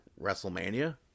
WrestleMania